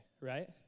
right